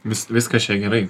vis viskas čia gerai